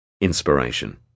Inspiration